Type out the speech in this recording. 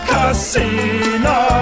Casino